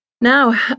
Now